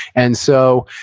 and so,